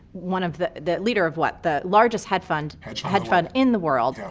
one of the, the leader of what, the largest head fund, hedge hedge fund in the world. yeah